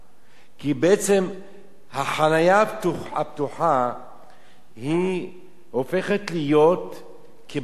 כי בעצם החנייה הפתוחה הופכת להיות כבסיס